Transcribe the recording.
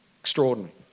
Extraordinary